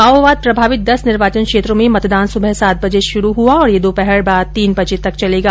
माओवाद प्रभावित दस निर्वाचन क्षेत्रों में मतदान सुबह सात बजे शुरू हुआ और यह दोपहर बाद तीन बजे तक चलेगा